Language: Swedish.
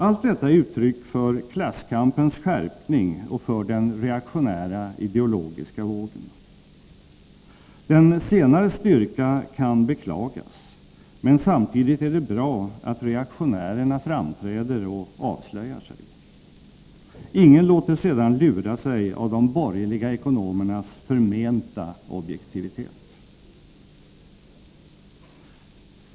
Allt detta är uttryck för klasskampens skärpning och för den reaktionära ideologiska vågen. Den senares styrka kan beklagas, men samtidigt är det bra att reaktionärerna framträder och avslöjar sig. Ingen låter sedan lura sig av de borgerliga ekonomernas förmenta objektivitet.